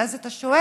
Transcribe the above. ואז אתה שואל: